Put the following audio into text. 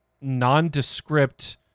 nondescript